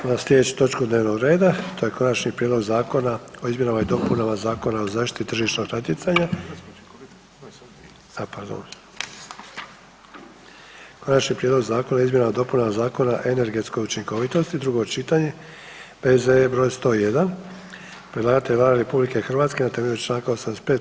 Idemo na slijedeću točku dnevnog reda, to je Konačni prijedlog Zakona o izmjenama i dopunama Zakona o zaštiti tržišnog natjecanja, a pardon, - Konačni prijedlog Zakona o izmjenama i dopunama Zakona o energetskoj učinkovitosti, drugo čitanje, P.Z.E. broj 101 Predlagatelj je Vlada RH na temelju Članka 85.